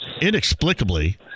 inexplicably –